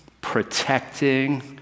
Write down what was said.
protecting